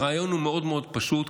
הרעיון הוא מאוד מאוד פשוט,